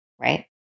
right